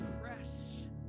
press